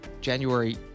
January